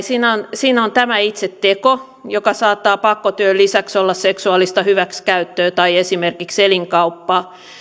siinä on siinä on tämä itse teko joka saattaa pakkotyön lisäksi olla seksuaalista hyväksikäyttöä tai esimerkiksi elinkauppaa